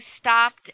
stopped